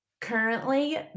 Currently